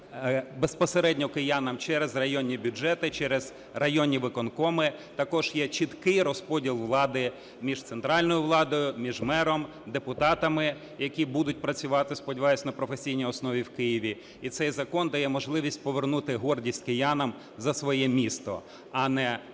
безпосередньо киянам через районні бюджети, через районні виконкоми, також є чіткий розподіл влади між центральною владою, між мером, депутатами, які будуть працювати, сподіваюся, на професійній основі в Києві і цей закон дає можливість повернути гордість киянам за своє місто, а не шукати